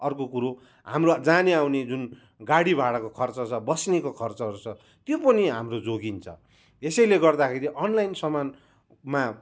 अर्को कुरो हाम्रो जाने आउने जुन गाडी भाडाको खर्च छ बस्नेको खर्चहरू छ त्यो पनि हाम्रो जोगिन्छ यसैले गर्दाखेरि अनलाइन सामानमा